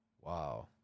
Wow